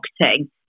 marketing